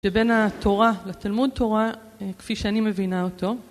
שבין התורה לתלמוד תורה, כפי שאני מבינה אותו.